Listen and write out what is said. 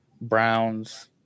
Browns